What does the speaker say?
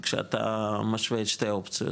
כשאתה משווה את שתי האופציות,